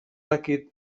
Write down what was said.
dakit